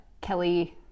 Kelly